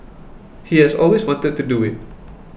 he has always wanted to do it